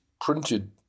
printed